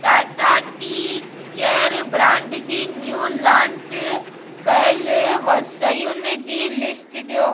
Tata tea care brand जी new launch कयल वसयुनि जी लिस्ट ॾियो